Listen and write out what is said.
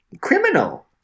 criminal